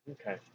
Okay